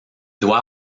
doit